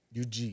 UG